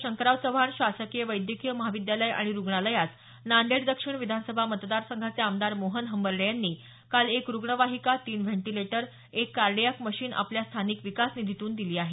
शंकरराव चव्हाण शासकीय वैद्यकीय महाविद्यालय आणि रूग्णालयास नांदेड दक्षिण विधानसभा मतदार संघाचे आमदार मोहन हंबर्डे यांनी काल एक रूग्णवाहीका तीन व्हेंटिलेटर एक कार्डियाक मशिन आपल्या स्थानिक विकास निधीतून दिली आहे